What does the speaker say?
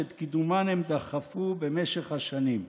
שאת קידומן הם דחפו במשך השנים.